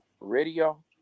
Radio